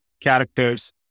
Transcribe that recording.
characters